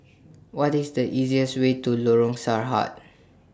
What IS The easiest Way to Lorong Sarhad